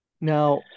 now